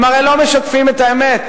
הם הרי לא משקפים את האמת,